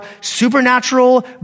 supernatural